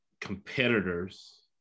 competitors